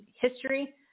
history